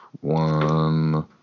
one